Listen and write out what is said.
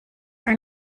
are